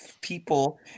people